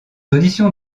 auditions